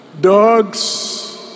dogs